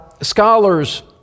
scholars